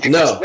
no